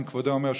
אם כבודו אומר,